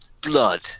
Blood